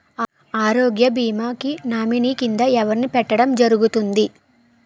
ఆరోగ్య భీమా కి నామినీ కిందా ఎవరిని పెట్టడం జరుగతుంది?